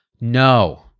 no